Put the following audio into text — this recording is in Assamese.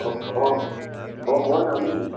অহ অঁ অঁ মই নামিম